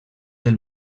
del